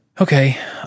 Okay